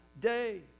day